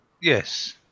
Yes